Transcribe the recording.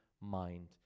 mind